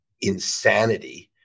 insanity